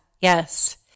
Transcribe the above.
Yes